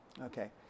Okay